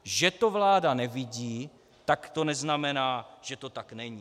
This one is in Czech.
Že to vláda nevidí, tak to neznamená, že to tak není.